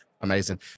amazing